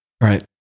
right